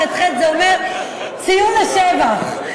ח"ח, זה אומר ציון לשבח.